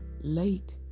late